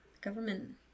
Government